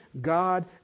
God